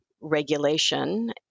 regulation